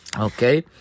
Okay